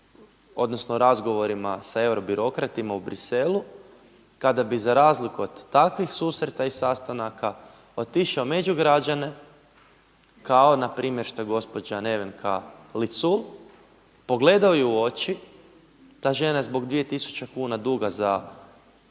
odnosno razgovorima sa euro birokratima u Bruxellesu, kada bi za razliku od takvih susreta i sastanaka otišao među građane kao npr. što je gospođa Nevenka LIcul, pogledao ju u oči, ta žena je zbog dvije tisuće kuna duga za režije